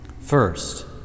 First